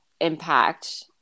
impact